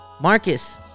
Marcus